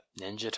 Ninja